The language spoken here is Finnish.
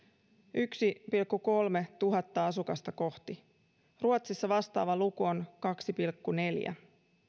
yksi pilkku kolme tuhatta asukasta kohti ruotsissa vastaava luku on kaksi pilkku neljä